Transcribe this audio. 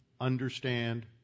understand